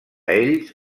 ells